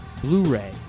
Blu-ray